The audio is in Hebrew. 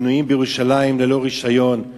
בנויות בירושלים ללא רשיון,